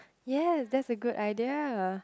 ya that's a good idea